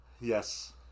Yes